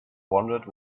wondered